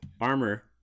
armor